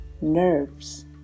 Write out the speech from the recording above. nerves